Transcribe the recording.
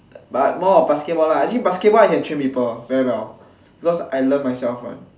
but more of basketball lah actually basketball I can train people very well because I learn myself one